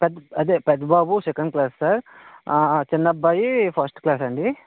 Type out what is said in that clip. పెద్ అదే పెద్ద బాబు సెకండ్ క్లాస్ సార్ ఆ చిన్నబ్బాయి ఫస్ట్ క్లాస్ అండీ